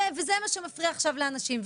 וזה מה שמפריע עכשיו לאנשים.